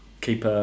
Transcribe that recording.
keep